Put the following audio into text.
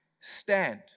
stand